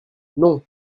non